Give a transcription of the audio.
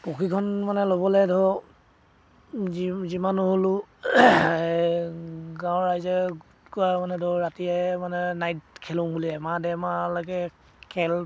প্ৰশিক্ষণ মানে ল'বলৈ ধৰ যি যিমান হ'লেও গাঁৱৰ ৰাইজে কোৱা মানে ধৰ ৰাতিয়ে মানে নাইট খেলোঁ বুলি এমাহ ডেৰমাহলৈকে খেল